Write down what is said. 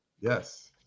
Yes